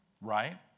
right